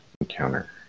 encounter